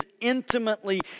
intimately